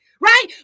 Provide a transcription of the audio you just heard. right